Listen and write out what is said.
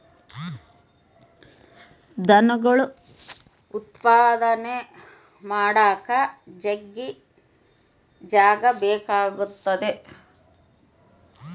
ದನಗುಳ್ ಉತ್ಪಾದನೆ ಮಾಡಾಕ ಜಗ್ಗಿ ಜಾಗ ಬೇಕಾತತೆ